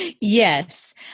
Yes